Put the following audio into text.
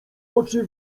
oczy